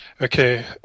Okay